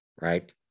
Right